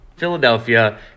philadelphia